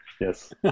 Yes